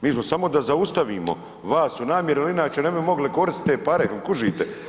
Mi smo samo da zaustavimo vas u namjeri jer inače ne bi mogli koristiti te pare, kužite?